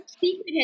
Secret